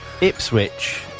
Ipswich